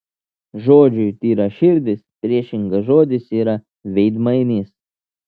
žodžiui tyraširdis priešingas žodis yra veidmainis